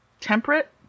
temperate